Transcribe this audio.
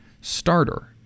starter